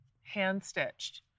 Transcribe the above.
Hand-stitched